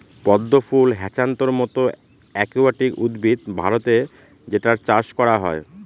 পদ্ম ফুল হ্যাছান্থর মতো একুয়াটিক উদ্ভিদ ভারতে যেটার চাষ করা হয়